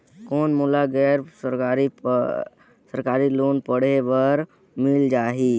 कौन मोला गैर सरकारी लोन पढ़े बर मिल जाहि?